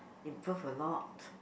improve a lot